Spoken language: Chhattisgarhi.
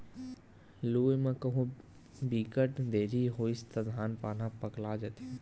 लूए म कहु बिकट देरी होइस त धान पान ह पकला जाथे